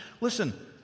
Listen